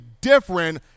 different